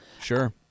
Sure